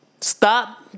stop